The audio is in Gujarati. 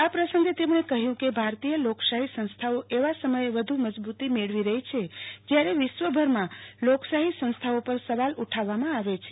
આ પ્રસંગે તેમણે કહ્યું કે ભારતીય લોકશાહી સંસ્થાઓ એવા સમયે વધુ મજબૂતી મેળવી રહી છે જ્યારે વિશ્વભરમાં લોકશાહી સંસ્થાઓ પર સવાલ ઉઠાવવામાં આવે છે